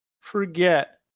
forget